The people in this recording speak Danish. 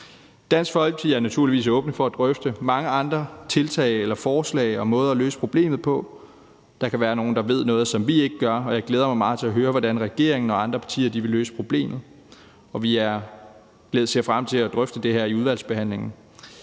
Dansk Folkeparti er naturligvis åbne for at drøfte mange andre forslag og måder at løse problemet på. Der kan være nogle, der ved noget, som vi ikke gør. Jeg glæder mig meget til at høre, hvordan regeringen og andre partier vil løse problemet, og vi ser frem til at drøfte det her i udvalgsbehandlingen.